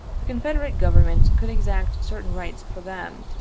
the confederate government could exact certain rights for them,